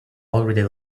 already